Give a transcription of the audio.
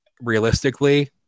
realistically